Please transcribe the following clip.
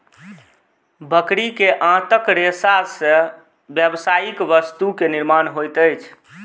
बकरी के आंतक रेशा से व्यावसायिक वस्तु के निर्माण होइत अछि